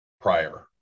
prior